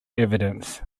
evidence